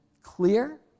clear